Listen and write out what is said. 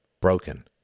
broken